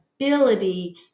ability